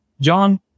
John